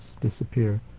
disappear